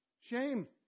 Shame